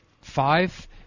five